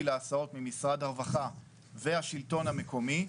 להסעות ממשרד הרווחה ומהשלטון המקומי,